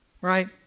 right